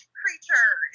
creature